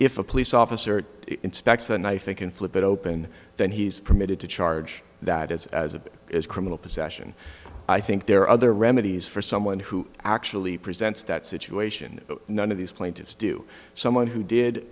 if a police officer inspects the knife they can flip it open then he's permitted to charge that as as it is criminal possession i think there are other remedies for someone who actually presents that situation but none of these plaintiffs do someone who did